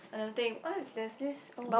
I don't think oh there's this oh d~